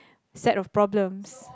set of problems